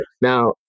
Now